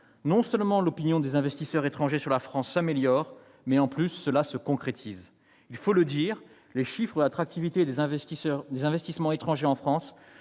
Non seulement l'opinion des investisseurs étrangers sur la France s'améliore, mais, en plus, leurs intentions se concrétisent. Il faut le dire, les chiffres de l'attractivité et des investissements étrangers en France